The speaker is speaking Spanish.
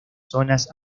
zonas